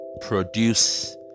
produce